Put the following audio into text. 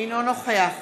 אינו נוכח